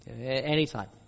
anytime